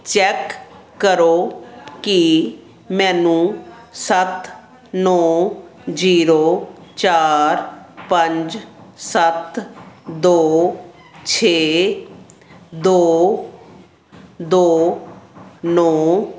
check ਕਰੋ ਕੀ ਮੈਨੂੰ ਸੱਤ ਨੌਂ ਜੀਰੋ ਚਾਰ ਪੰਜ ਸੱਤ ਦੋ ਛੇ ਦੋ ਦੋ ਨੌਂ